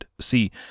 See